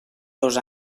dos